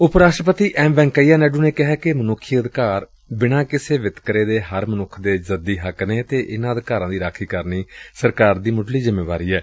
ਉਪ ਰਾਸਟਰਪਤੀ ਐਮ ਵੈਂਕਈਆ ਨਾਇਡੁ ਨੇ ਕਿਹੈ ਕਿ ਮਨੁੱਖੀ ਅਧਿਕਾਰ ਬਿਨਾਂ ਕਿਸੇ ਵਿਤਕਰੇ ਦੇ ਹਰ ਮਨੁੱਖ ਦੇ ਜ਼ੱਦੀ ਹੱਕ ਨੇ ਅਤੇ ਇਨ੍ਹਾਂ ਅਧਿਕਾਰਾਂ ਦੀ ਰਾਖੀ ਕਰਨੀ ਸਰਕਾਰ ਦੀ ਮੁੱਢਲੀ ਜਿੰਮੇਵਾਰੀ ਏ